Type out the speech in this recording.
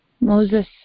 Moses